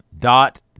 Dot